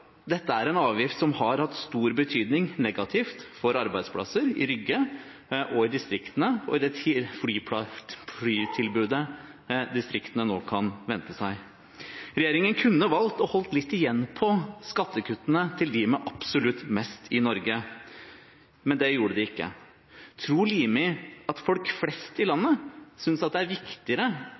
en avgift som har hatt stor betydning negativt for arbeidsplasser i Rygge og i distriktene, og i det flytilbudet distriktene nå kan vente seg. Regjeringen kunne valgt å holde litt igjen på skattekuttene til dem med absolutt mest i Norge, men det gjorde de ikke. Tror representanten Limi at folk flest i landet synes at det er viktigere